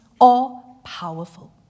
all-powerful